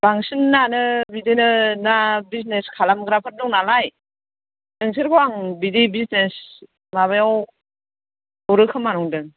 बांसिनानो बिदिनो ना बिजिनेस खालामग्राफोर दं नालाय नोंसोरखौ आं बिदि बिजिनेस माबायाव हरो खोमा नंदों